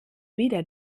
wieder